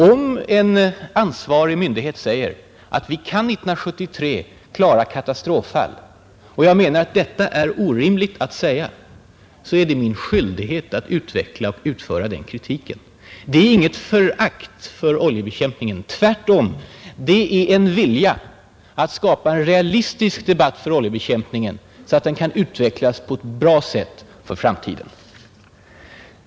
Om en ansvarig myndighet säger att vi 1973 kan klara ”katastroffall” och detta är orimligt så är det min skyldighet att utveckla och utföra den kritiken, Det är naturligtvis inget förakt för oljebekämpningen. Tvärtom, det är en vilja att föra en realistisk debatt om oljebekämpningen, så att den kan utvecklas på ett bra sätt för framtiden.